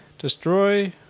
Destroy